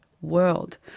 world